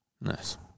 Nice